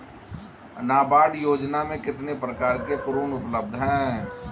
नाबार्ड योजना में कितने प्रकार के ऋण उपलब्ध हैं?